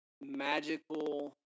magical